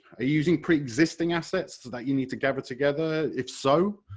are you using pre-existing assets that you need to gather together, if so,